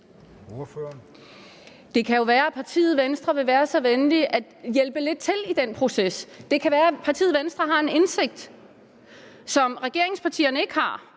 Det kan jo være, at partiet Venstre vil være så venlig at hjælpe lidt til i den proces. Det kan være, at partiet Venstre har en indsigt, som regeringspartierne ikke har